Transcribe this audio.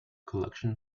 collection